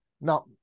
Now